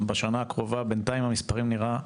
בשנה הקרובה בינתיים המספרים נראה,